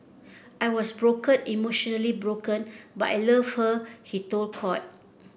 I was broken emotionally broken but I loved her he told court